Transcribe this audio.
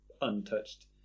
untouched